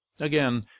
Again